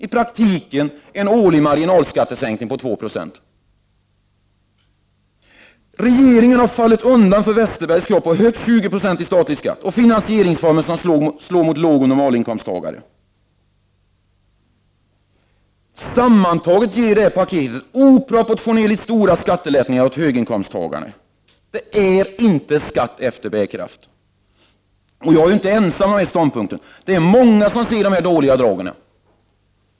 I praktiken innebär detta en årlig marginalskattesänkning med 2 9. Regeringen har fallit undan för Bengt Westerbergs krav på högst 20 90 i statlig skatt och finansieringsformer som slår mot lågoch normalinkomsttagare. Sammantaget ger paketet oproportionerligt stora skattelättnader åt höginkomsttagarna. Det är inte skatt efter bärkraft. Jag är inte ensam om denna ståndpunkt. Det är många som ser de dåliga dragen.